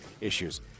issues